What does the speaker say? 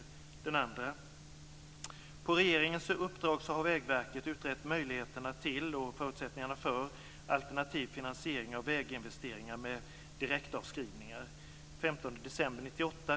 För det andra har Vägverket på regeringens uppdrag utrett möjligheterna till och förutsättningarna för alternativ finansiering av väginvesteringar med direktavskrivning .